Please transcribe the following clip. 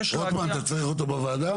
רוטמן, אתה צריך אותו בוועדה?